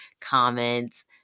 comments